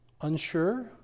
unsure